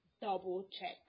double-check